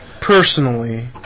Personally